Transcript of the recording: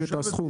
החשבונית?